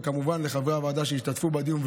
וכמובן לחברי הוועדה שהשתתפו בדיון,